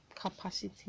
capacity